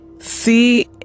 see